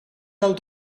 del